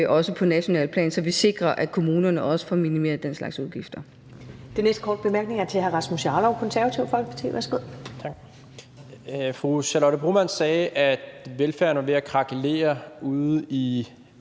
også på nationalt plan, så vi sikrer, at kommunerne også får minimeret den slags udgifter.